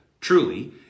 truly